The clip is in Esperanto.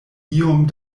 iom